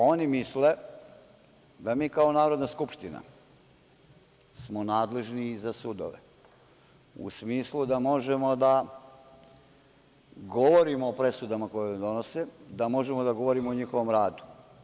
Oni misle da smo mi kao Narodna skupština nadležni i za sudove u smislu da možemo da govorimo o presudama koje oni donose, da možemo da govorimo o njihovom radu.